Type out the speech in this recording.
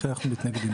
לכן אנחנו מתנגדים.